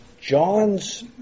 John's